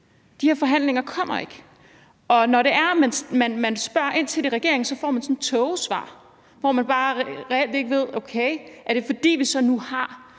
De her forhandlinger kommer ikke. Og når man spørger ind til det hos regeringen, får man sådan et tåget svar, så man reelt ikke ved, om det er, fordi vi nu har